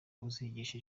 uzigisha